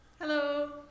Hello